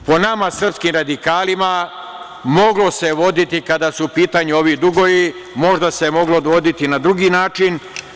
Po nama, srpskim radikalima, moglo se voditi kada su u pitanju ovi dugovi, možda se moglo voditi na drugi način.